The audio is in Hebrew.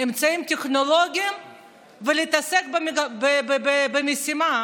אמצעים טכנולוגיים ולהתעסק במשימה,